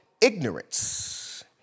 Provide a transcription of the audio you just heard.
ignorance